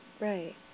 Right